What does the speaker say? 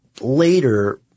later